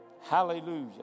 Hallelujah